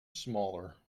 smaller